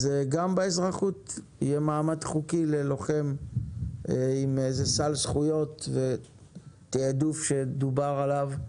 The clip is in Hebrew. אז גם באזרחות יהיה מעמד חוקי ללוחם עם סל זכויות ותיעדוף שדובר עליו,